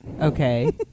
Okay